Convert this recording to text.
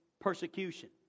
persecution